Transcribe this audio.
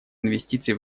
инвестиций